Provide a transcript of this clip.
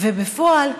ובפועל,